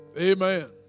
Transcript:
Amen